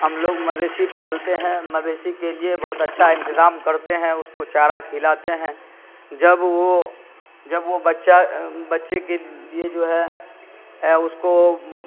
ہم لوگ مویشی پالتے ہیں مویشی کے لیے بہت اچھا انتظام کرتے ہیں اس کو چارہ کھلاتے ہیں جب وہ جب وہ بچہ بچے کے لیے جو ہے اس کو